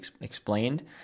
explained